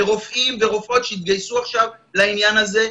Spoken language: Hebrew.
ברופאים וברופאות שיתגייסו עכשיו לעניין הזה,